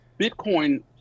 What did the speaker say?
Bitcoin